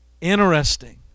Interesting